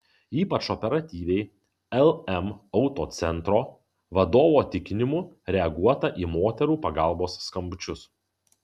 ypač operatyviai lm autocentro vadovo tikinimu reaguota į moterų pagalbos skambučius